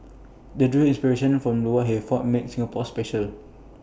they drew inspiration from he for made Singapore special